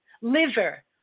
liver